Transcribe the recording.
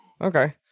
Okay